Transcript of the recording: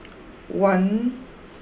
one